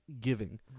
giving